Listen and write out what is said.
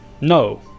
No